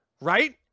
right